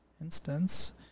instance